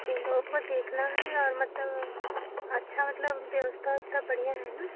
तीन लोगों को देखना है और मतलब अच्छी मतलब व्यवस्था उव्स्था बढ़िया है न